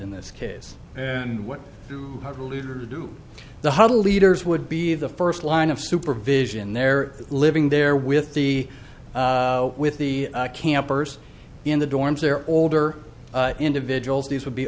in this case and what to do the huddle leaders would be the first line of supervision there living there with the with the campers in the dorms there older individuals these would be